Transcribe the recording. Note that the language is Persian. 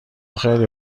خیلی